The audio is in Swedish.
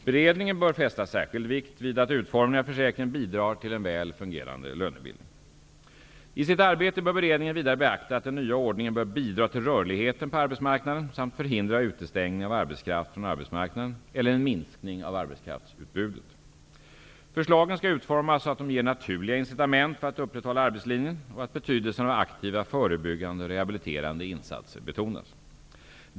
Beredningen bör fästa särskild vikt vid att utformningen av försäkringen bidrar till en väl fungerande lönebildning. I sitt arbete bör beredningen vidare beakta att den nya ordningen bör bidra till rörligheten på arbetsmarknaden samt förhindra utestängning av arbetskraft från arbetsmarknaden eller en minskning av arbetskraftsutbudet. Förslagen skall utformas så, att de ger naturliga incitament för att upprätthålla arbetslinjen och att betydelsen av aktiva förebyggande och rehabiliterande insatser betonas.